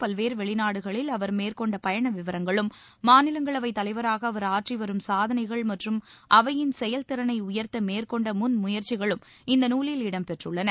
பல்வேறு வெளிநாடுகளில் அவர் மேற்கொண்ட பயண விவரங்களும் மாநிலங்களவைத் தலைவராக அவர் ஆற்றி வரும் சாதனைகள் மற்றும் அவையின் செயல் திறனை உயர்த்த மேற்கொண்ட முன் முயற்சிகளும் இந்த நூலில் இடம் பெற்றுள்ளன